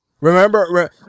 remember